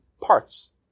parts